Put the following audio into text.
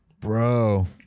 bro